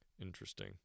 Interesting